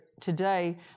today